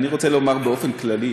אני רוצה לומר באופן כללי